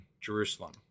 Jerusalem